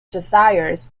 desires